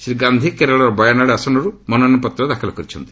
ଶ୍ରୀ ଗାନ୍ଧୀ କେରଳର ବୟାନାଡ ଆସନରୁ ମନୋନୟନ ପତ୍ର ଦାଖଲ କରିଛନ୍ତି